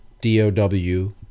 d-o-w